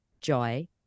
joy